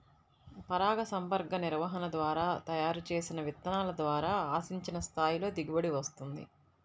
పరాగసంపర్క నిర్వహణ ద్వారా తయారు చేసిన విత్తనాల ద్వారా ఆశించిన స్థాయిలో దిగుబడి వస్తుంది